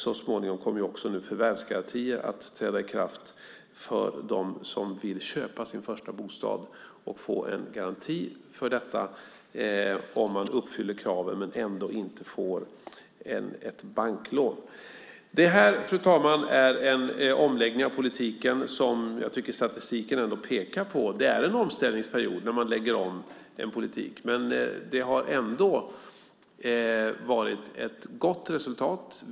Så småningom kommer också förvärvsgarantier att träda i kraft för dem som vill köpa sin första bostad. Man kan få en garanti för detta om man uppfyller kraven men ändå inte får ett banklån. Det här, fru talman, är en omläggning av politiken som jag tycker att statistiken ändå pekar på. Det är en omställningsperiod när man lägger om en politik. Men det har ändå varit ett gott resultat.